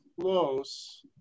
Close